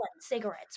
cigarettes